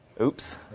Oops